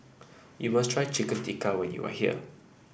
you must try Chicken Tikka when you are here